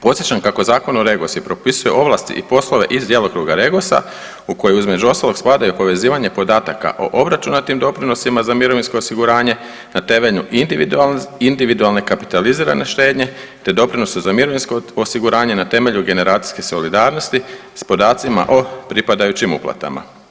Podsjećam kako Zakon o REGOS-u propisuje ovlasti i poslove iz djelokruga REGOS-a u koje između ostalog spadaju i povezivanje podataka o obračunatim doprinosima za mirovinsko osiguranje na temelju individualne kapitalizirane štednje, te doprinosa za mirovinsko osiguranje na temelju generacijske solidarnosti s podacima o pripadajućim uplatama.